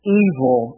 evil